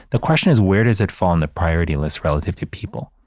the question is where does it fall on the priority list relative to people?